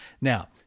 Now